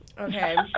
okay